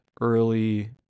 early